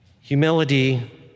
Humility